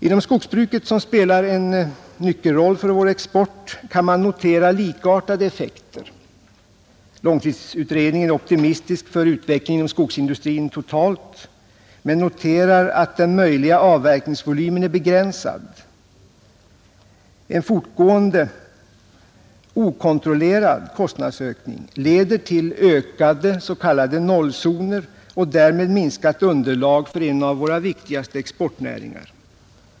Inom skogsbruket, som spelar en nyckelroll för vår export, kan man notera likartade effekter. Långtidsutredningen är optimistisk för utvecklingen inom skogsindustrin totalt men noterar att den möjliga avverkningsvolymen är begränsad. En fortgående okontrollerad kostnadsökning leder till ökade s.k. nollzoner och därmed till minskat underlag för en av våra viktigaste exportnäringar.